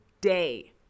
day